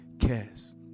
cares